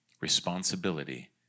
Responsibility